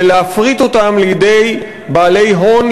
ולהפריט אותם לידי בעלי הון,